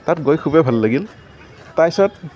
তাত গৈ খুবেই ভাল লাগিল তাৰপাছত